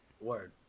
Word